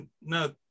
no